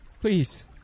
Please